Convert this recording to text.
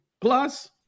plus